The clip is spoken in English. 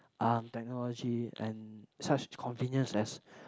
ah technology and such convenience as